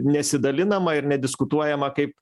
nesidalinama ir nediskutuojama kaip